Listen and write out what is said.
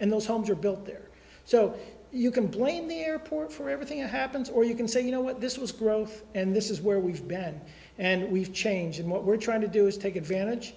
and those homes are built there so you can blame the airport for everything happens or you can say you know what this was growth and this is where we've been and we've changed and what we're trying to do is take advantage